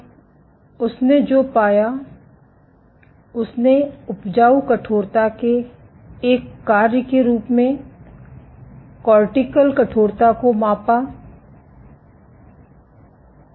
अब उसने जो पाया उसने उपजाऊ कठोरता के एक कार्य के रूप में कॉर्टिकल कठोरता को मापा और उसे क्या मिला